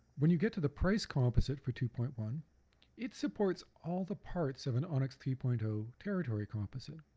when you get to the price composite for two point one it supports all the parts of an onix three point zero ah territory composite